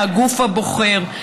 מהגוף הבוחר,